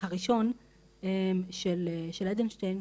הראשון של אדלשטיין,